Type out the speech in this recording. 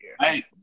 Hey